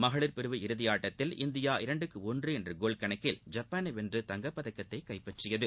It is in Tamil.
மகளிர் பிரிவு இறதி ஆட்டத்தில் இந்தியா இரண்டுக்கு ஒன்று என்ற கோல் கணக்கில் ஜப்பானை வென்று தங்கப் பதக்கத்தை கைப்பற்றியது